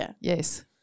yes